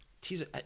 teaser